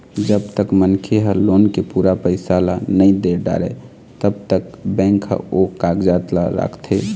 जब तक मनखे ह लोन के पूरा पइसा ल नइ दे डारय तब तक बेंक ह ओ कागजात ल राखथे